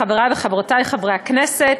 חברי וחברותי חברי הכנסת,